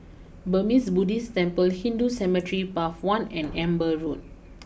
Burmese Buddhist Temple Hindu Cemetery Path one and Amber Road